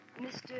Mr